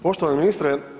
Poštovani ministre.